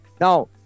Now